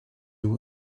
you